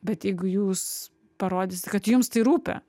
bet jeigu jūs parodysit kad jums tai rūpi